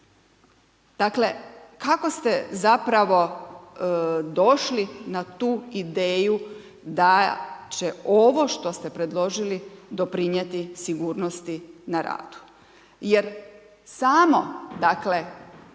Dakle, kako ste zapravo došli na tu ideju da će ovo što ste predložili doprinijeti sigurnosti na radu? Jer samo dakle,